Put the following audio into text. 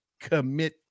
commit